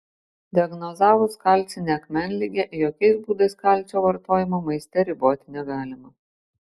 diagnozavus kalcinę akmenligę jokiais būdais kalcio vartojimo maiste riboti negalima